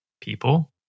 people